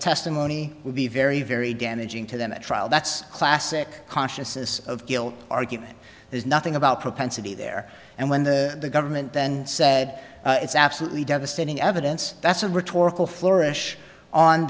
testimony would be very very damaging to them at trial that's classic consciousness of guilt argument there's nothing about propensity there and when the government then said it's absolutely devastating evidence that's a rhetorical flourish on